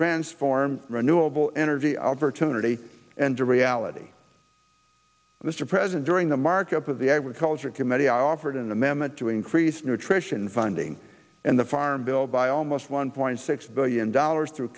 transform renewable energy opportunity and to reality mr president during the markup of the agriculture committee i offered an amendment to increase nutrition funding and the farm bill by almost one point six billion dollars through